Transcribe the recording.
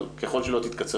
אבל ככל שהיא לא תתקצר,